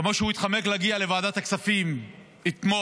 כמו שהוא התחמק מלהגיע לוועדת הכספים אתמול,